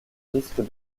risque